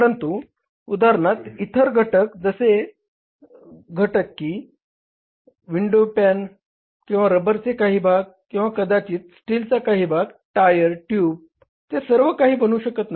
परंतु उदाहरणार्थ इतर घटक जसे की विंडो पॅन किंवा रबरचे काही भाग किंवा कदाचित स्टीलचा काही भाग टायर ट्यूब ते सर्व काही बनवू शकत नाही